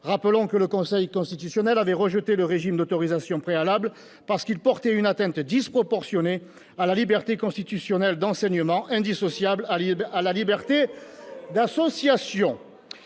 Rappelons que le Conseil constitutionnel avait rejeté le régime d'autorisation préalable, parce qu'il « portait une atteinte disproportionnée à la liberté constitutionnelle d'enseignement, indissociable de la liberté d'association